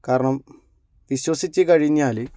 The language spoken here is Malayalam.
കാരണം വിശ്വസിച്ചു കഴിഞ്ഞാൽ